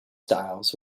styles